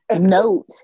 Note